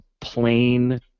plain